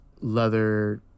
Leather